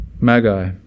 Magi